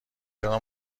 چرا